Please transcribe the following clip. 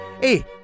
Hey